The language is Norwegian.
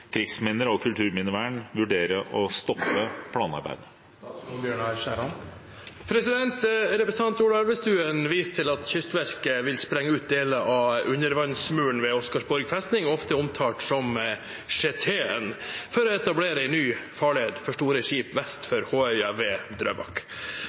krigsminner og kulturminnevern vurdere å stoppe planarbeidet?» Representanten Ola Elvestuen viser til at Kystverket vil sprenge ut deler av undervannsmuren ved Oscarsborg festning, ofte omtalt som sjeteen, for å etablere en ny farled for store skip vest